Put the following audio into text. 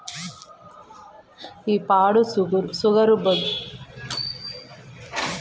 ఈ పాడు సుగరు జబ్బొచ్చినంకా ఒరి తగ్గించి, ఈ గడ్డి కూడా తింటాండా